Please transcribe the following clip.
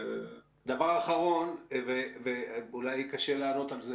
דבר אחרון, ואולי קשה לענות על זה